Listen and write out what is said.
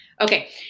okay